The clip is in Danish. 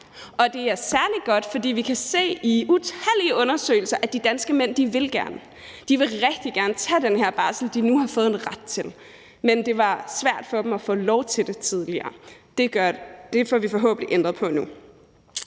det er særlig godt, fordi utallige undersøgelser viser, at de danske mænd rigtig gerne vil tage den her barsel, som de nu har fået en ret til, men som det var svært for dem at få lov til at tage tidligere. Det får vi forhåbentlig ændret på nu.